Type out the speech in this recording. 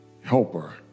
helper